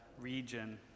region